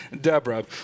Deborah